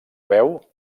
veu